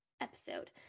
episode